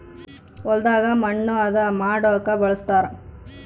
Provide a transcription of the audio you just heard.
ಹೊಲದಾಗ ಮಣ್ಣು ಹದ ಮಾಡೊಕ ಬಳಸ್ತಾರ